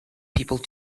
people